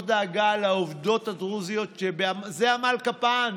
דאגה לעובדות הדרוזיות שזה עמל כפיהן,